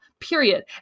period